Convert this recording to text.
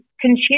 consume